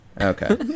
Okay